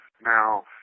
Now